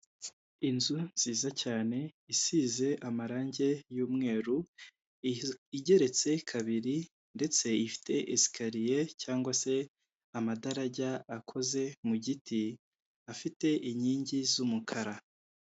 Inzu nziza cyane isize amarange y'umweru, igeretse kabiri ndetse ifite esikariye cyangwa se amadarajya akoze mu giti, afite inkingi z'umukara.